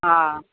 हा